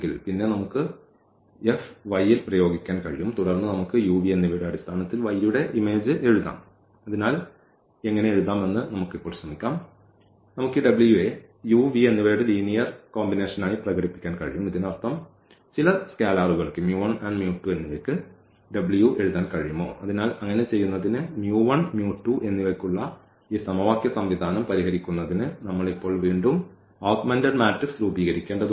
പിന്നെ നമുക്ക് F y ൽ പ്രയോഗിക്കൻ കഴിയും തുടർന്ന് നമുക്ക് u v എന്നിവയുടെ അടിസ്ഥാനത്തിൽ y യുടെ ഇമേജ് എഴുതാം അതിനാൽ എങ്ങനെ എഴുതാം എന്ന് നമുക്ക് ഇപ്പോൾ ശ്രമിക്കാം നമുക്ക് ഈ w യെ u v എന്നിവയുടെ ലീനിയർ സംയോജനമായി പ്രകടിപ്പിക്കാൻ കഴിയും ഇതിനർത്ഥം ചില സ്കേലറുകൾക്ക് and എന്നിവയ്ക്ക് w എഴുതാൻ കഴിയുമോ അതിനാൽ അങ്ങനെ ചെയ്യുന്നതിന് and എന്നിവയ്ക്കുള്ള ഈ സമവാക്യ സംവിധാനം പരിഹരിക്കുന്നതിന് നമ്മൾ ഇപ്പോൾ വീണ്ടും ഈ ഓഗ്മെന്റഡ് മാട്രിക്സ് രൂപീകരിക്കേണ്ടതുണ്ട്